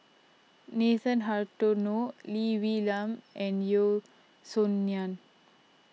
Nathan Hartono Lee Wee Nam and Yeo Song Nian